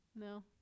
No